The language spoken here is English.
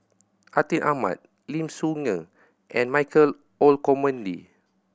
Atin Amat Lim Soo Ngee and Michael Olcomendy